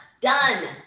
Done